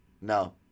No